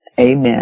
Amen